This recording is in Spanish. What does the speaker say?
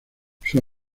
sus